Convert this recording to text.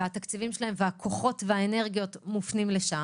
והתקציבים שלהן, הכוחות והאנרגיות מופנים לשם.